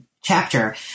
chapter